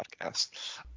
podcast